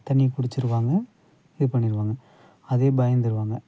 தண்ணியைக் குடிச்சுருவாங்க இதுப் பண்ணிடுவாங்க அதே பயந்துடுவாங்க